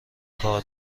کار